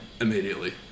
immediately